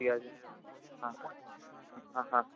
ঠিক আছে হাঁ হাঁ হাঁ